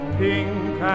pink